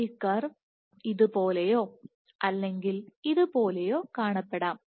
ഈ കർവ് ഇതുപോലെയോ അല്ലെങ്കിൽ ഇതുപോലെയോ കാണപ്പെടാം